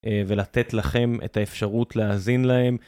ולתת לכם את האפשרות להאזין להם.